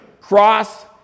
cross